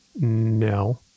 No